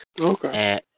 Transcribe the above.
Okay